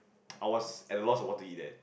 I was at the lost of what to eat there